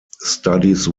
studies